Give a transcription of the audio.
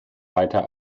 weiter